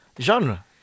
Genre